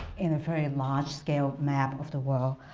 in a very large scale map of the world.